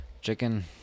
chicken